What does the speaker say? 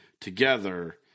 together